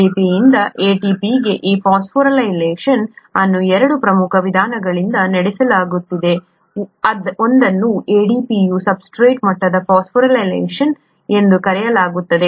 ADP ಯಿಂದ ATP ಗೆ ಈ ಫಾಸ್ಫೊರಿಲೇಷನ್ ಅನ್ನು 2 ಪ್ರಮುಖ ವಿಧಾನಗಳಿಂದ ನಡೆಸಲಾಗುತ್ತದೆ ಒಂದನ್ನು ADP ಯ ಸಬ್ಸ್ಟ್ರೇಟ್ ಮಟ್ಟದ ಫಾಸ್ಫೊರಿಲೇಷನ್ ಎಂದು ಕರೆಯಲಾಗುತ್ತದೆ